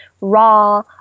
raw